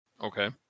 Okay